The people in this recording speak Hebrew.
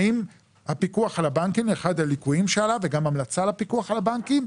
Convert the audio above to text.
אחד הליקויים שעלה וגם המלצה לפיקוח על הבנקים,